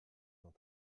cent